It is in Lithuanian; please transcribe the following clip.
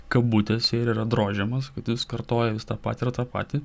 kabutėse ir yra drožiamas kad jis kartoja viską tą patį ir tą patį